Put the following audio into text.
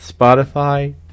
Spotify